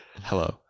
Hello